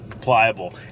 pliable